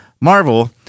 Marvel